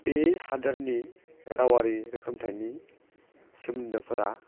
बे हादोरनि रावारि रोखोमथाइनि सोमोन्दोफोरा